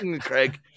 Craig